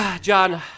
John